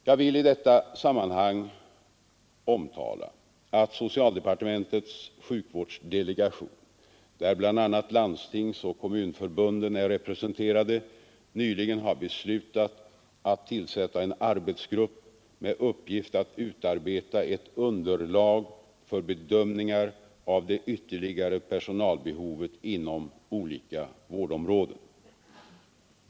Jag vill i detta sammanhang omtala att socialdepartementets sjukvårdsdelegation, där bl.a. Landstingsförbundet och Kommunförbundet är representerade, nyligen har beslutat tillsätta en arbetsgrupp med uppgift att utarbeta ett underlag för bedömningar av det ytterligare personalbehovet inom olika vårdområden.